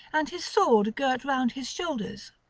and his sword girt round his shoulders,